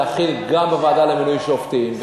להחיל את זה גם בוועדה למינוי שופטים,